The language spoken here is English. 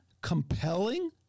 compelling